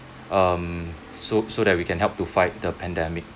um so so that we can help to fight the pandemic